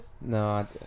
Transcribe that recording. No